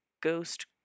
ghost